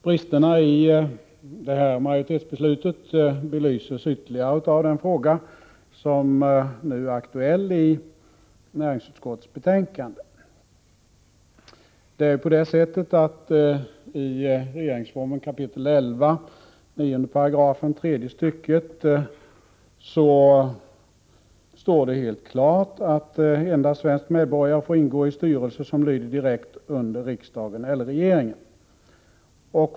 Bristerna i det här majoritetsbeslutet belyses ytterligare av den fråga som nu är aktuell i näringsutskottets betänkande. I regeringsformens 11 kap. 9 § tredje stycket står det helt klart att endast | svensk medborgare får ingå i styrelse som lyder direkt under riksdagen eller regeringen.